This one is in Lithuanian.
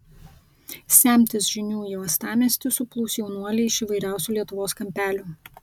semtis žinių į uostamiestį suplūs jaunuoliai iš įvairiausių lietuvos kampelių